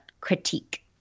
critique